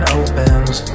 opens